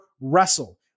wrestle